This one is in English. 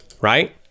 right